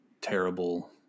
terrible